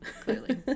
Clearly